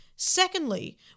Secondly